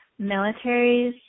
militaries